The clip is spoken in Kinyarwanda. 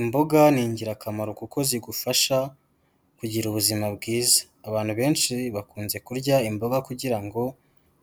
Imboga ni ingirakamaro, kuko zigufasha kugira ubuzima bwiza. Abantu benshi bakunze kurya imboga kugira ngo